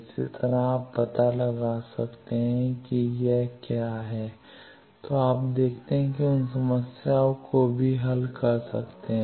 इसी तरह आप पता लगा सकते हैं कि यह क्या है तो आप देखते हैं कि उन समस्याओं को भी हल कर रहे हैं